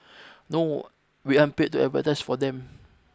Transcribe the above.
no we aren't paid to advertise for them